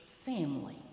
family